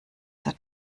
der